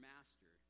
Master